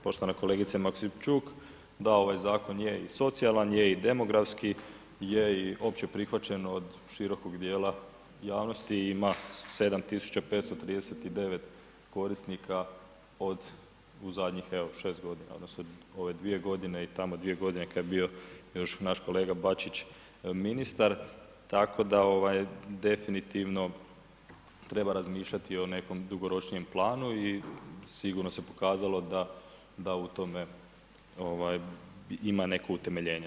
Poštovana kolegice Maksimčuk, da ovaj zakon je i socijalan, je i demografski, je i opće prihvaćen od širokog djela javnosti i ima 7539 korisnika od u zadnjih evo 6 g. odnosno ove 2 g. i tamo 2 g. kad je bio još naš kolega Bačić ministar, tako da definitivno treba razmišljati o nekom dugoročnijem planu i sigurno se pokazalo da u tome ima neko utemeljenje.